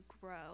grow